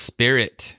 Spirit